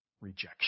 rejection